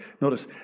Notice